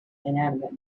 inanimate